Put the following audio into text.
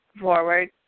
forward